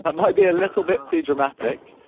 but might be a little bit too dramatic.